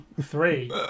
three